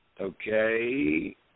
Okay